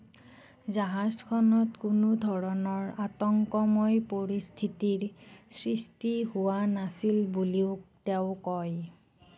জাহাজখনত কোনো ধৰণৰ আতংকময় পৰিস্থিতিৰ সৃষ্টি হোৱা নাছিল বুলিও তেওঁ কয়